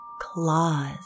claws